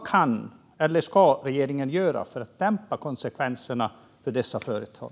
Vad kan eller ska regeringen göra för att dämpa konsekvenserna för dessa företag?